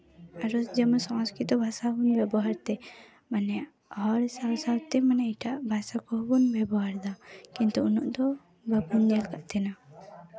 ᱟᱨᱚ ᱡᱮᱢᱚᱱ ᱥᱚᱝᱥᱠᱨᱤᱛᱚ ᱵᱷᱟᱥᱟ ᱦᱚᱸᱵᱚᱱ ᱵᱮᱵᱚᱦᱟᱨ ᱛᱮ ᱢᱟᱱᱮ ᱦᱚᱲ ᱥᱟᱶ ᱥᱟᱶᱛᱮ ᱮᱴᱟᱜ ᱵᱷᱟᱥᱟ ᱠᱚᱦᱚᱸ ᱵᱚᱱ ᱵᱮᱵᱚᱦᱟᱨᱫᱟ ᱠᱤᱱᱛᱩ ᱩᱱᱟᱹᱜ ᱫᱚ ᱵᱟᱵᱚᱱ ᱧᱮᱞ ᱠᱟᱜ ᱛᱟᱦᱮᱱᱟ